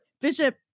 Bishop